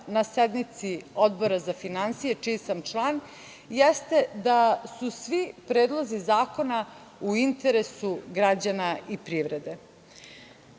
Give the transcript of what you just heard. na sednici Odbora za finansije, čiji sam član, jeste da su svi predlozi zakona u interesu građana i privrede. Kada